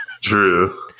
True